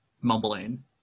mumbling